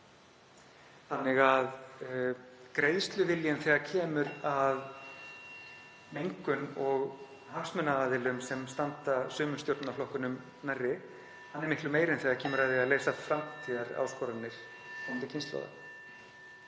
Þannig að greiðsluviljinn þegar kemur að mengun og hagsmunaaðilum, sem standa sumir stjórnarflokkunum nærri, er miklu meiri en þegar kemur að því að leysa framtíðaráskoranir komandi kynslóða.